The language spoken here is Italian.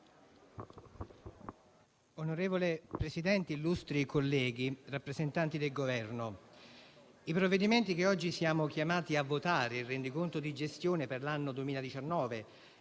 i provvedimenti che oggi siamo chiamati a votare, il rendiconto di gestione per l'anno 2019